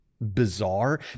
Bizarre